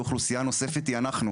אוכלוסייה נוספת היא אנחנו,